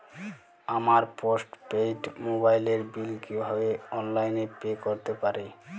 আমার post paid মোবাইলের bill কীভাবে অনলাইনে পে করতে পারি?